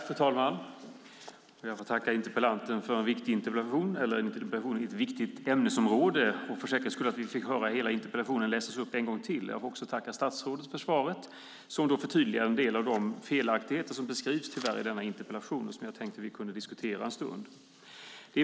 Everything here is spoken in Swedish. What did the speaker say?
Fru talman! Jag tackar interpellanten för en interpellation i ett viktigt ämnesområde och för att vi för säkerhets skull fick höra hela interpellationen läsas upp en gång till. Jag tackar också statsrådet för svaret som förtydligar en del av de felaktigheter som beskrivs i interpellationen och som jag tänkte att vi kunde diskutera en stund.